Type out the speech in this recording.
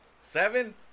Seven